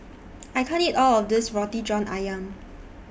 I can't eat All of This Roti John Ayam